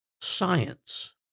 science